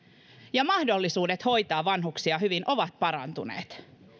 ja mahdollisuudet hoitaa vanhuksia hyvin ovat parantuneet